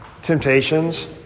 temptations